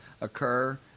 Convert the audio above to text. occur